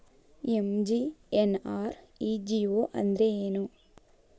MGNREGA ಅಂದ್ರೆ ಏನು?